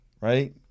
right